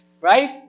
Right